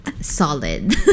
solid